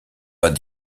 pas